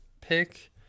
pick